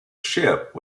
ship